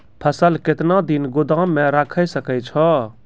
फसल केतना दिन गोदाम मे राखै सकै छौ?